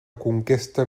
conquesta